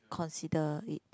consider it